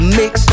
mix